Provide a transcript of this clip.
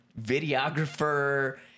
videographer